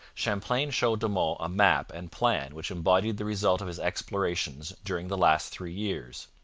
champlain showed de monts a map and plan which embodied the result of his explorations during the last three years.